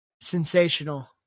Sensational